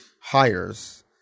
hires